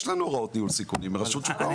יש לנו הוראות לניהול הסיכונים מרשות שוק ההון.